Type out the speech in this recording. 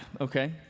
okay